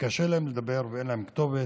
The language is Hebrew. שקשה להם לדבר ואין להם כתובת,